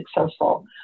successful